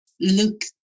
look